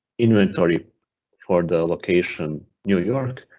inventory for the location new york,